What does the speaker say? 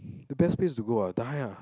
the best place to go what die ah